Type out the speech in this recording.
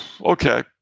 Okay